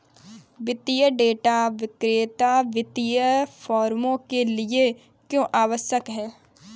वित्तीय डेटा विक्रेता वित्तीय फर्मों के लिए क्यों आवश्यक है?